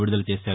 విడుదల చేశారు